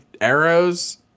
arrows-